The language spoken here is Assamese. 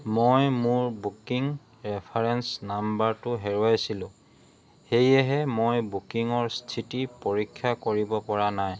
মই মোৰ বুকিং ৰেফাৰেঞ্চ নাম্বাৰটো হেৰুৱাইছিলোঁ সেয়েহে মই বুকিঙৰ স্থিতি পৰীক্ষা কৰিব পৰা নাই